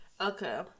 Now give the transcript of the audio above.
okay